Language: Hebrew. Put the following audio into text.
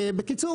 בקיצור,